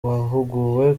bahuguwe